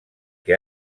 que